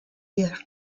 year